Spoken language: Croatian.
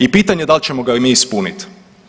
I pitanje je da li ćemo ga mi ispuniti.